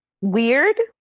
weird